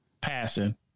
passing